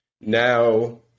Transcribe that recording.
Now